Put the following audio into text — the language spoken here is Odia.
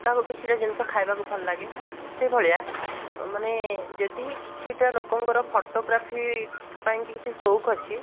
କାହାକୁ କିଛିଟା ଜିନିଷ ଖାଇବାକୁ ଭଲଲାଗେ ସେଇଭଳିଆ ମାନେ ଯଦି କିଛିଟା ଲୋକଙ୍କର ଫୋଟୋଗ୍ରାଫି ପାଇଁକି କିଛି ସୋଉକ୍ ଅଛି